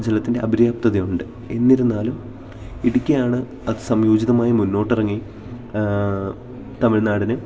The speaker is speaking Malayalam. ജലത്തിൻ്റെ അപര്യാപ്തതയുണ്ട് എന്നിരുന്നാലും ഇടുക്കിയാണ് അതു സംയോജിതമായി മുന്നോട്ടിറങ്ങി തമിഴ്നാടിന്